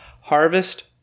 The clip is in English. harvest